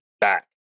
back